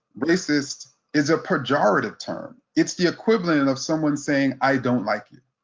racist is a pejorative term, it's the equivalent of someone saying i don't like you.